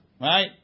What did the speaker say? Right